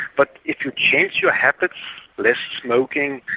but if you change your habits less smoking,